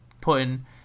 putting